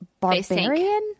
barbarian